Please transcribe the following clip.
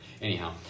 anyhow